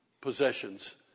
possessions